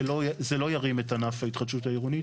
זה לא ירים את ענף ההתחדשות העירונית,